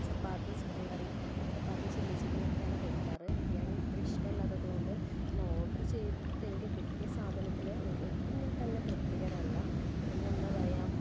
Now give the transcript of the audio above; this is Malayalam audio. ചപ്പാത്തി chicken curry chapati chilli chicken ഒക്കെയാണ് കഴിക്കാറ് ബിരിയാണി അത്ര ഇഷ്ടമല്ലാത്തത് കൊണ്ട് ഞാൻ ഓർഡർ ചെയ്തിട്ട് എനിക്ക് കിട്ടിയ സാധനത്തിൽ ഒട്ടും തന്നെ ഞാൻ തൃപ്തികരമല്ല പിന്നെ എന്താണ് പറയുക